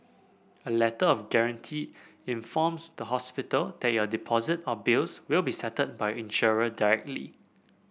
a Letter of Guarantee informs the hospital that your deposit or bills will be settled by insurer directly